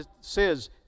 says